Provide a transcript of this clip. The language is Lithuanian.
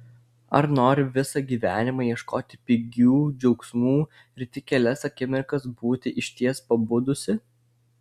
ar nori visą gyvenimą ieškoti pigių džiaugsmų ir tik kelias akimirkas būti išties pabudusi